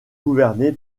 gouverné